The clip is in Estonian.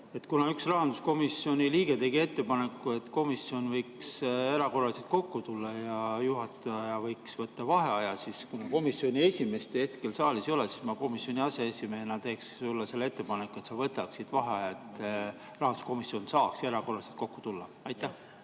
Kuna üks rahanduskomisjoni liige tegi ettepaneku, et komisjon võiks erakorraliselt kokku tulla ja juhataja võiks võtta vaheaja, siis kuna komisjoni esimeest hetkel saalis ei ole, teen ma komisjoni aseesimehena sulle ettepaneku, et sa võtaksid vaheaja, selleks et rahanduskomisjon saaks erakorraliselt kokku tulla. Aitäh!